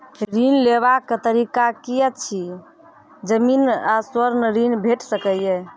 ऋण लेवाक तरीका की ऐछि? जमीन आ स्वर्ण ऋण भेट सकै ये?